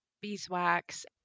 beeswax